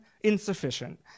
insufficient